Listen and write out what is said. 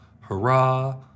hurrah